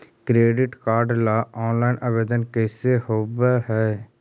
Credit card ल online आवेदन कैसे होब है?